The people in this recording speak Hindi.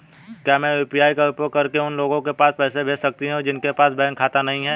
क्या मैं यू.पी.आई का उपयोग करके उन लोगों के पास पैसे भेज सकती हूँ जिनके पास बैंक खाता नहीं है?